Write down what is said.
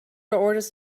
orders